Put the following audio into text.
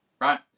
right